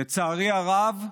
לצערי הרב,